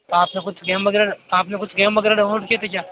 आपने कुछ गेम वगैरह आपने कुछ गेम वगैरह डाउनलोड किये थे क्या